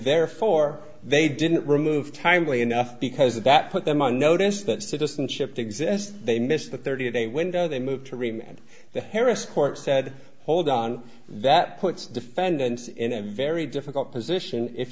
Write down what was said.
therefore they didn't remove timely enough because that put them on notice that citizenship exists they missed the thirty day window they moved to remain in the harris court said hold on that puts defendants in a very difficult position if